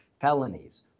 felonies